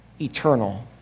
eternal